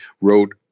wrote